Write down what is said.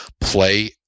play